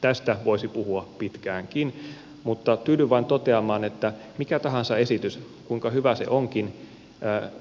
tästä voisi puhua pitkäänkin mutta tyydyn vain toteamaan että mikä tahansa esitys kuinka hyvä se onkin